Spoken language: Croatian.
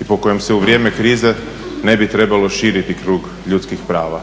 i po kojem se u vrijeme krize ne bi trebalo širiti krug ljudskih prava.